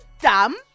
dumb